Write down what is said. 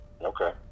Okay